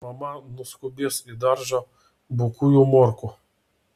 mama nuskubės į daržą bukųjų morkų